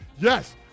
Yes